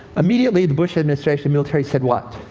immediately the bush administration military said what?